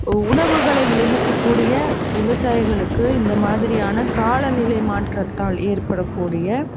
உணவுகளை விளைவிக்கக் கூடிய விவசாயிகளுக்கு இந்த மாதிரியான காலநிலை மாற்றத்தால் ஏற்படக்கூடிய